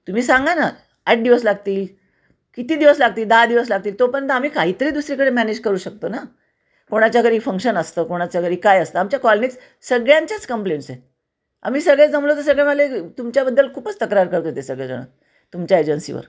तुम्ही सांगा ना आठ दिवस लागतील किती दिवस लागतील दहा दिवस लागतील तोपर्यंत आम्ही काहीतरी दुसरीकडे मॅनेज करू शकतो ना कोणाच्या घरी फंक्शन असतं कोणाच्या घरी काय असतं आमच्या कॉलनीत सगळ्यांच्याच कंप्लेंट्स आहेत आम्ही सगळे जमलो तर सगळे मले तुमच्याबद्दल खूपच तक्रार करत होते सगळेजणं तुमच्या एजन्सीवर